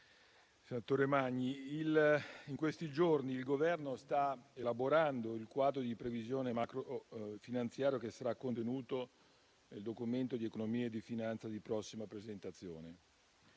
senatore Magni, in questi giorni il Governo sta elaborando il quadro di previsione macro-finanziario che sarà contenuto nel Documento di economia e di finanza di prossima presentazione.